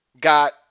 got